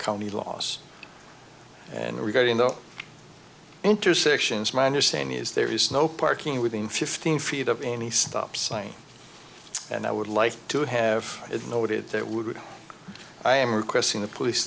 county loss and regarding the intersections my understanding is there is no parking within fifteen feet of any stop sign and i would like to have it noted that would i am requesting the police